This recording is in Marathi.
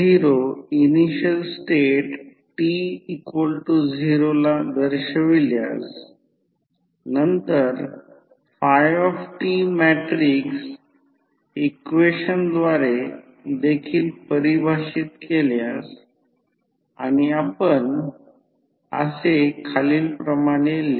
हे स्टेप अप ट्रान्सफॉर्मर का आहे याचा अर्थ येथे नंतर V1 V2 K हाफ याचा अर्थ V2 2 V1 याचा अर्थ हे स्टेप अप ट्रान्सफॉर्मर आहे कारण जर प्रायमरी साईडचे व्होल्टेज ते V1 असेल तर सेकंडरी साईडला ते 2 V1 होत आहे